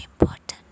important